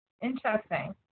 Interesting